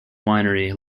winery